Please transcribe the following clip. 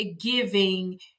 giving